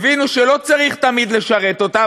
הבינו שלא צריך תמיד לשרת אותה,